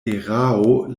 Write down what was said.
erao